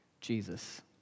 Jesus